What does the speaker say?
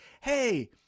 Hey